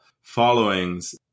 followings